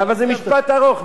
אבל זה משפט ארוך,